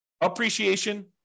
appreciation